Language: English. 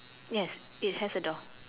yes it has a door